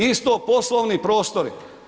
Isto poslovni prostori.